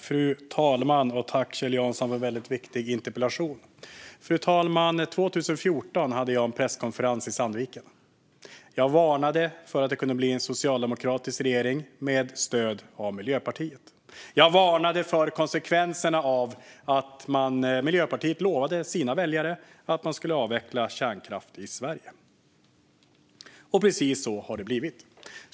Fru talman! Jag tackar Kjell Jansson för en väldigt viktig interpellation. Fru talman! År 2014 hade jag en presskonferens i Sandviken. Jag varnade då för att det kunde bli en socialdemokratisk regering med stöd av Miljöpartiet. Jag varnade för konsekvenserna av att Miljöpartiet lovade sina väljare att man skulle avveckla kärnkraften i Sverige. Och precis så har det blivit.